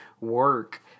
work